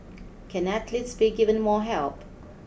can athletes be given more help